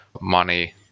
money